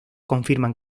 confirman